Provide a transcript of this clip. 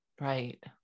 Right